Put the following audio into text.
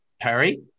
perry